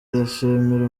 irashimira